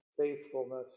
faithfulness